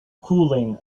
cooling